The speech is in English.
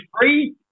free